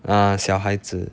ah 小孩子